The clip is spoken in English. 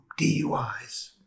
DUIs